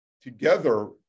together